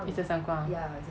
is the 散光